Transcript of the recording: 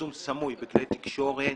לפרסום סמוי בכלי תקשורת